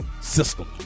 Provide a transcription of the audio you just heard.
system